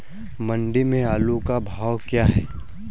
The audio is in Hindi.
मंडी में आलू का भाव क्या है?